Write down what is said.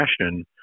passion